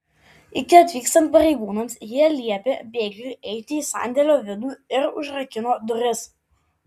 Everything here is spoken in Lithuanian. iki atvykstant pareigūnams jie liepė bėgliui eiti į sandėlio vidų ir užrakino duris